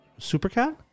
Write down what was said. Supercat